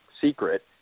secret